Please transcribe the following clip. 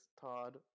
Todd